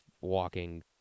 walking